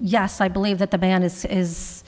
yes i believe that the ban is is